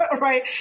right